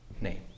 name